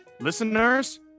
listeners